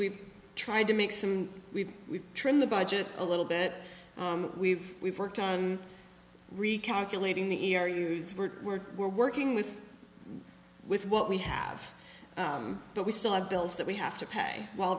we've tried to make some we've we've trim the budget a little bit we've we've worked on recalculating the e r use we're we're we're working with with what we have but we still have bills that we have to pay w